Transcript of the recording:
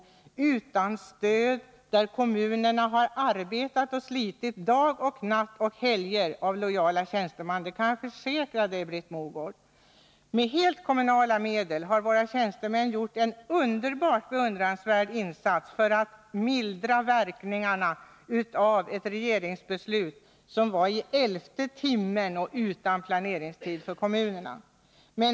Jag kan försäkra Britt Mogård att lojala tjänstemän i kommunerna har arbetat och slitit dag och natt för att klara de ungdomar som blivit utan stöd. Våra tjänstemän har, uteslutande med hjälp av kommunala medel, gjort en helt beundransvärd insats för att mildra verkningarna av ett regeringsbeslut, som fattades i elfte timmen och utan att medge planeringstid för kommunerna.